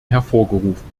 hervorgerufen